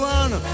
one